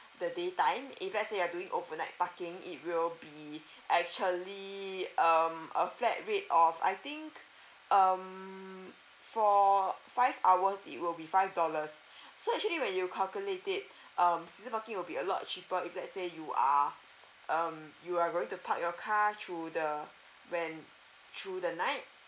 the day time if let say you are doing overnight parking it will be actually um a flat rate of I think um for five hours it will be five dollars so actually when you calculate it um season parking will be a lot cheaper if let say you are um you are going to park your car through the when through the night